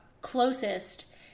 closest